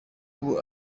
ubu